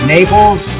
Naples